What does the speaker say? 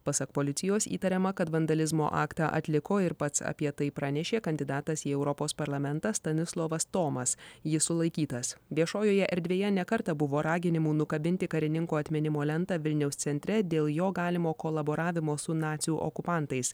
pasak policijos įtariama kad vandalizmo aktą atliko ir pats apie tai pranešė kandidatas į europos parlamentą stanislovas tomas jis sulaikytas viešojoje erdvėje ne kartą buvo raginimų nukabinti karininko atminimo lentą vilniaus centre dėl jo galimo kolaboravimo su nacių okupantais